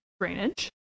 drainage